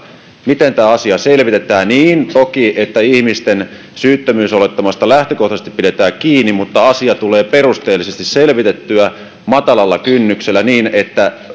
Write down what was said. miten tämä asia selvitetään niin toki että ihmisten syyttömyysolettamasta lähtökohtaisesti pidetään kiinni mutta asia tulee perusteellisesti selvitettyä matalalla kynnyksellä niin että